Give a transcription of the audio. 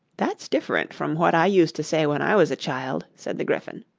that's different from what i used to say when i was a child said the gryphon.